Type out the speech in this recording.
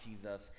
Jesus